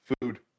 food